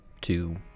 two